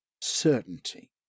certainty